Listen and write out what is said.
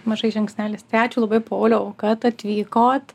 mažais žingsneliais tai ačiū labai pauliau kad atvykot